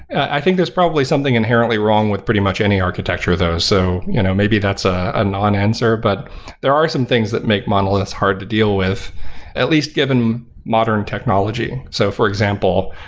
i think there's probably something inherently wrong with pretty much any architecture though. so you know maybe that's a ah non-answer, but there are some things that make monoliths hard to deal with at least given modern technology. so for example,